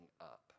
up